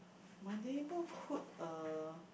my neighbourhood uh